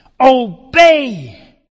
obey